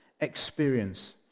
experience